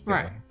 Right